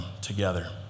together